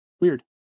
Weird